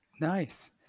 Nice